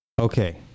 Okay